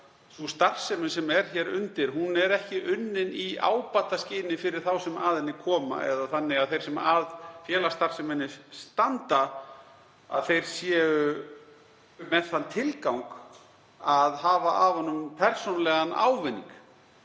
sú starfsemi sem er hér undir sé ekki unnin í ábataskyni fyrir þá sem að henni koma eða þannig að þeir sem að félagsstarfseminni standa séu með þann tilgang að hafa af henni persónulegan ávinning